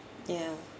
ya